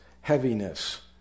heaviness